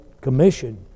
commission